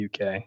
UK